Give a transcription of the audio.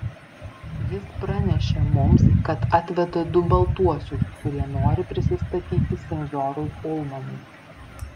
jis pranešė mums kad atveda du baltuosius kurie nori prisistatyti senjorui ulmanui